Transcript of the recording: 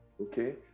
okay